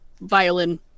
violin